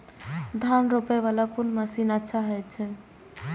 धान रोपे वाला कोन मशीन अच्छा होय छे?